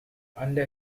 under